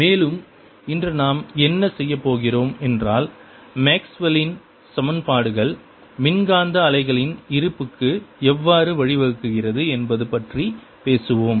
மேலும் இன்று நாம் என்ன செய்யப் போகிறோம் என்றால் மேக்ஸ்வெல்லின் சமன்பாடுகள் மின்காந்த அலைகளின் இருப்புக்கு எவ்வாறு வழிவகுக்கிறது என்பது பற்றி பேசுவோம்